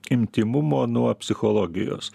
intymumo nuo psichologijos